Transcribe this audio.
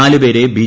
നാല് പേരെ ബി